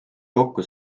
kokku